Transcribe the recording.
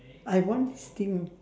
I want this thing